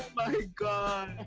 god!